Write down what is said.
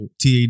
TAD